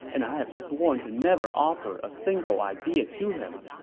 and i have sworn to never offer a single idea to him.